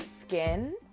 skin